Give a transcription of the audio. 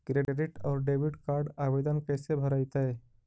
Credit और debit card के आवेदन कैसे भरैतैय?